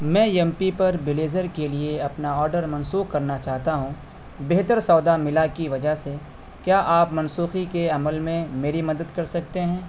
میں یپمی پر بلیزر کے لیے اپنا آڈر منسوخ کرنا چاہتا ہوں بہتر سودا ملا کی وجہ سے کیا آپ منسوخی کے عمل میں میری مدد کر سکتے ہیں